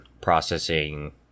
processing